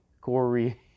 Corey